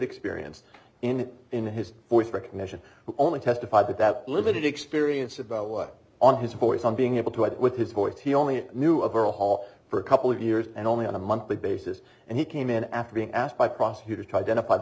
experience in in his voice recognition who only testified that that limited experience about what on his voice on being able to have with his voice he only knew of a hall for a couple of years and only on a monthly basis and he came in after being asked by prosecutors to identify the